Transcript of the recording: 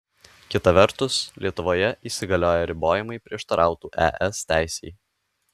kita vertus lietuvoje įsigalioję ribojimai prieštarautų es teisei